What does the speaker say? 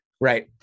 Right